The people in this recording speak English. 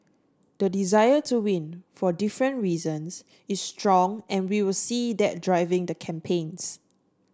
the desire to win for different reasons is strong and we will see that driving the campaigns